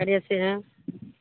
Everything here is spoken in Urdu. اریے سے ہیں